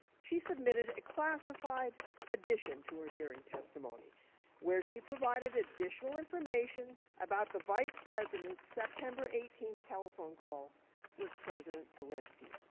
she submitted a classified addition to her hearing testimony where she provided additional information about the vice president's september eighteen telephone call with president zelensky.